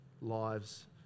lives